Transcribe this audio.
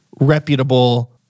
reputable